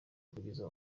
kugeza